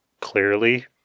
Clearly